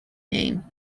name